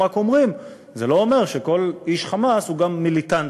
הם רק אומרים: זה לא אומר שכל איש "חמאס" הוא גם מיליטנטי.